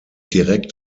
direkt